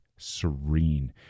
serene